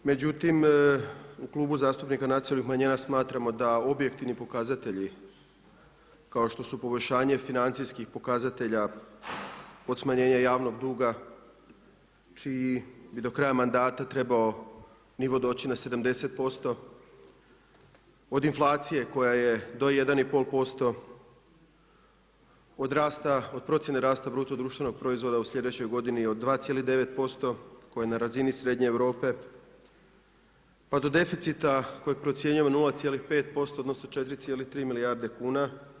Međutim u klubu zastupnika nacionalnih manjina smatramo da objektivni pokazatelji kao što su poboljšanje financijskih pokazatelja od smanjenja javnog duga čiji bi do kraja mandata trebao nivo doći na 70%, od inflacije koja je do 1 i pol posto, od rasta, od procjene rasta bruto društvenog proizvoda u sljedećoj godini od 2,9% koja je na razini srednje Europe, pa do deficita kojeg procjenjujemo 0,5% odnosno 4,3 milijarde kuna.